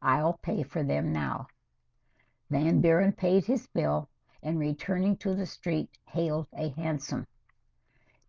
i'll pay for them now man baron paid his bill and returning to the street hailed a hansom